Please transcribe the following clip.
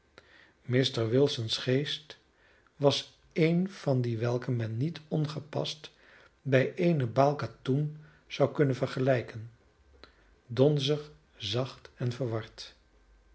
mr wilsons geest was een van die welke men niet ongepast bij eene baal katoen zou kunnen vergelijken donzig zacht en verward